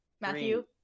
Matthew